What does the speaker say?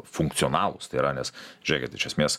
funkcionalūs tai yra nes žiūrėkit iš esmės